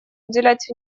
уделять